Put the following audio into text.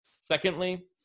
Secondly